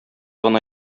гына